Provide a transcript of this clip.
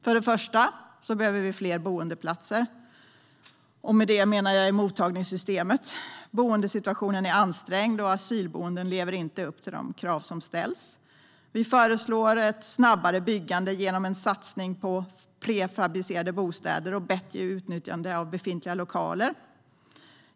För det första behöver vi fler boendeplatser i mottagningssystemet. Boendesituationen är ansträngd, och asylboenden lever inte alltid upp till de krav som ställs. Vi föreslår ett snabbare byggande genom en satsning på prefabricerade bostäder och bättre utnyttjande av befintliga lokaler.